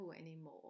anymore